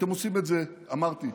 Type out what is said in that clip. אתם עושים את זה, אמרתי,